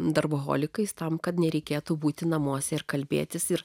darboholikais tam kad nereikėtų būti namuose ir kalbėtis ir